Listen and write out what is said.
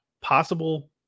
possible